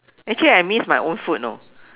actually I miss my own food you know